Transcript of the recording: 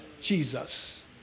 Jesus